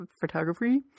photography